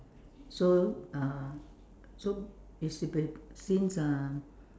so uh so it's been since um